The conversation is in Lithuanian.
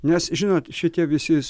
nes žinot šitie visi